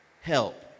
Help